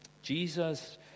Jesus